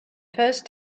first